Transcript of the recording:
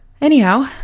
Anyhow